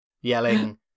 yelling